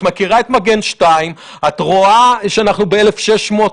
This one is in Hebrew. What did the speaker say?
את מכירה את מגן 2. את רואה שאנחנו ב-1,600,